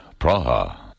Praha